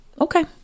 Okay